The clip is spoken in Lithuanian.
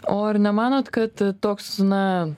o ar nemanot kad toks na